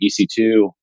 EC2